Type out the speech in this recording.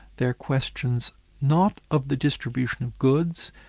they're questions not of the distribution of goods,